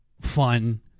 fun